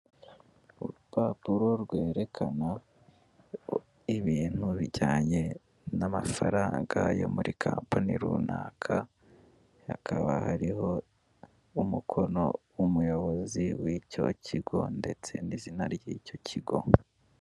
Urupapuro rwerekana ibintu bijyanye n'amafaranga yo muri kampani runaka, hakaba hariho umukono w'umuyobozi w'icyo kigo ndetse n'izina ry'icyo kigo.